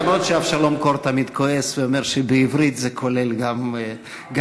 אף שאבשלום קור תמיד כועס ואומר שבעברית זה כולל גם יועצות.